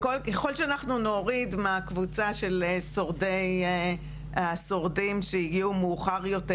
ככל שאנחנו נוריד מהקבוצה של השורדים שהגיעו מאוחר יותר,